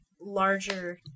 larger